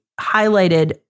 highlighted